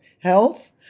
health